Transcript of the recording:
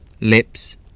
lips